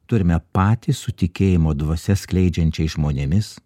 turime patys su tikėjimo dvasia skleidžiančiais žmonėmis